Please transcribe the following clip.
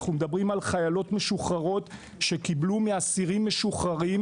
אנחנו מדברים על חיילות משוחררות שקיבלו מאסירים משוחררים